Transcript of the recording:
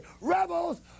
Rebels